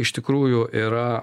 iš tikrųjų yra